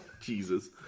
Jesus